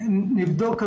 נבדוק.